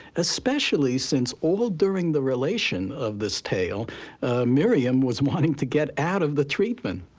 especially since all during the relation of this tale miriam was wanting to get out of the treatment.